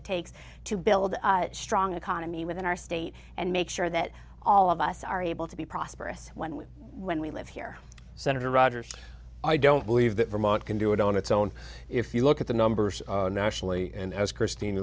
it takes to build a strong economy within our state and make sure that all of us are able to be prosperous when we when we live here senator rogers i don't believe that vermont can do it on its own if you look at the numbers nationally and as christine